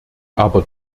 aber